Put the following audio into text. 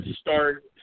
start